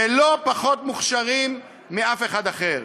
והם לא פחות מוכשרים מאף אחד אחר.